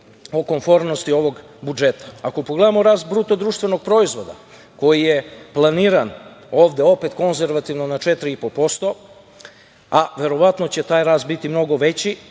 o komfornosti ovog budžeta. Ako pogledamo rast BDP, koji je planiran ovde opet konzervativno na 4,5%, a verovatno će taj rast biti mnogo veći,